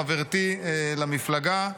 חברתי למפלגה,